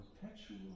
perpetual